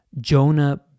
Jonah